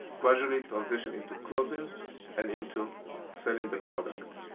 gradually, a transition into closing and into selling the product.